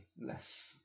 less